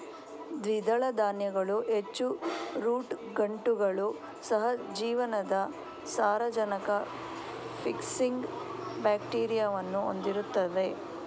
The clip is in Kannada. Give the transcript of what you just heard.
ದ್ವಿದಳ ಧಾನ್ಯಗಳು ಹೆಚ್ಚು ರೂಟ್ ಗಂಟುಗಳು, ಸಹ ಜೀವನದ ಸಾರಜನಕ ಫಿಕ್ಸಿಂಗ್ ಬ್ಯಾಕ್ಟೀರಿಯಾವನ್ನು ಹೊಂದಿರುತ್ತವೆ